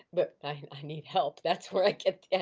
but i need help that's where i get yeah